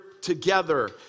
together